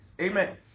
Amen